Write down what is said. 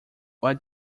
what